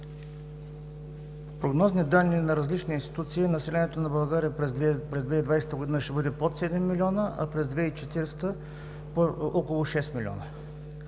прогнозни данни на различни институции населението на България през 2020 г. ще бъде под 7 милиона, а през 2040 г. – около 6 милиона,